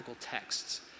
texts